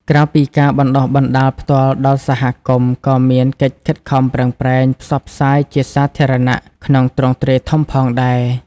ក្រៅពីការបណ្ដុះបណ្ដាលផ្ទាល់ដល់សហគមន៍ ក៏មានកិច្ចខិតខំប្រឹងប្រែង ផ្សព្វផ្សាយជាសាធារណៈ ក្នុងទ្រង់ទ្រាយធំផងដែរ។